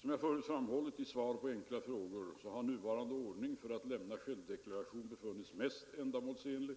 Som jag förut framhållit i svar på enkla frågor har nuvarande ordning för att lämna självdeklaration befunnits mest ändamålsenlig